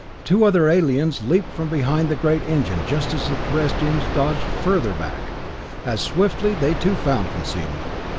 two other aliens leaped from behind the great engine just as the terrestrians dodged further back as swiftly, they too found concealment.